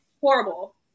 horrible